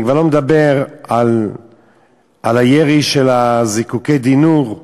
אני כבר לא מדבר על הירי של זיקוקי די-נור,